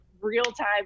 real-time